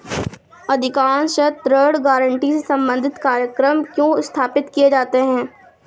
अधिकांशतः ऋण गारंटी से संबंधित कार्यक्रम क्यों स्थापित किए जाते हैं?